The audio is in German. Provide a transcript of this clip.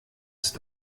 ist